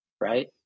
right